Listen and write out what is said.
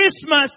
Christmas